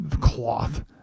cloth